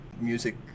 music